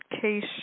case